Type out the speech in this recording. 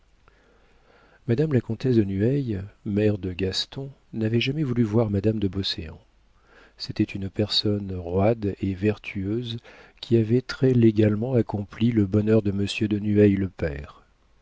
madame la comtesse de nueil mère de gaston n'avait jamais voulu voir madame de beauséant c'était une personne roide et vertueuse qui avait très légalement accompli le bonheur de monsieur de nueil le père